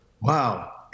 Wow